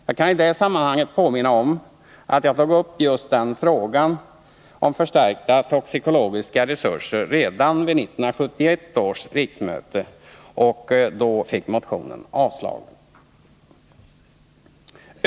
Jag kan i detta sammanhang påminna om att jag tog upp just frågan om förstärkta toxikologiska resurser redan vid 1971 års riksmöte och då fick motionen avslagen.